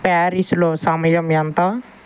ప్యారిస్లో సమయం ఎంత